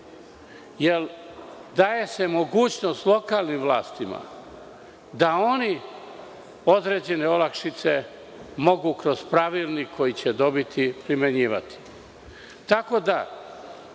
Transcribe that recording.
daje se mogućnost lokalnim vlastima da oni određene olakšice mogu kroz pravilnik koji će dobiti, primenjivati. Tako